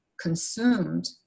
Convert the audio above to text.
consumed